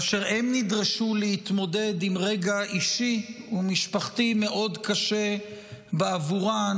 כאשר הן נדרשו להתמודד עם רגע אישי ומשפחתי מאוד קשה בעבורן,